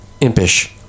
impish